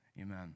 Amen